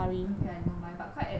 okay I don't mind but quite ex leh